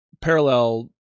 parallel